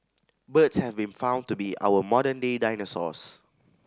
birds have been found to be our modern day dinosaurs